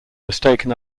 mistaken